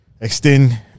Extend